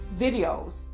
videos